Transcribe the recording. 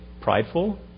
prideful